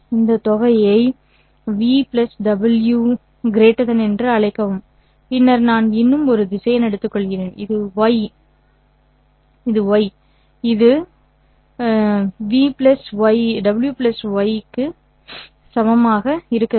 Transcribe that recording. இந்த தொகையை ¿'v w' y as என்று அழைக்கவும் பின்னர் நான் இன்னும் ஒரு திசையன் எடுத்துக்கொள்கிறேன் இது y' இது ¿'v∨ y' w' y to க்கு சமமாக இருக்க வேண்டும்